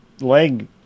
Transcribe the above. leg